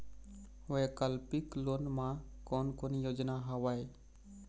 वैकल्पिक लोन मा कोन कोन योजना हवए?